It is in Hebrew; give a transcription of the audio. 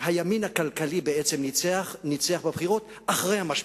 הימין הכלכלי בעצם ניצח בבחירות אחרי המשבר.